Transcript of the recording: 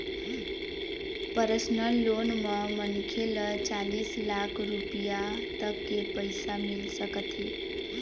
personal loan म मनखे ल चालीस लाख रूपिया तक के पइसा मिल सकत हे